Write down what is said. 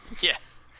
Yes